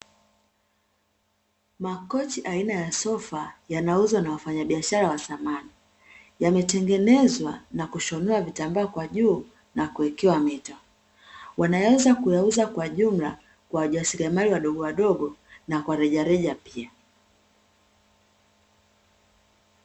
Makochi aina ya sofa yanauzwa na wafanyabiashara wa thamani, yametengenezwa na kushonewa vitambaa kwa juu na kuwekewa mito, wanaweza kuyauza kwa jumla, kwa wajasiriamali wadogowadogo na kwa rejareja pia.